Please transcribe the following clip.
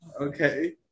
Okay